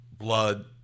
Blood